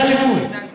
דמי הליווי.